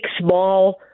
small